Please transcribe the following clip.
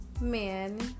man